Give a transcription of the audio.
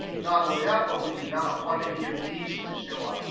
not only that, but we do not want any of these to show up.